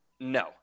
no